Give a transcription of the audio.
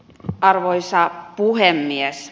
arvoisa puhemies